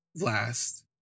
last